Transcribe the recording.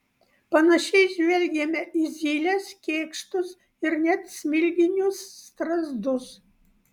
panašiai žvelgiame į zyles kėkštus ir net smilginius strazdus